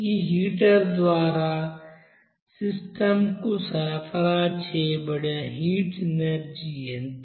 ఈ హీటర్ ద్వారా సిస్టం కు సరఫరా చేయబడిన హీట్ ఎనర్జీ ఎంత